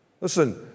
Listen